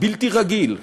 בלתי רגיל,